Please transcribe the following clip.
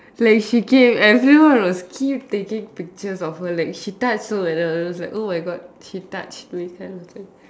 like she came everyone was keep taking pictures of her like she touch so err I was like oh my god she touched with her